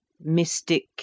mystic